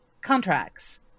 contracts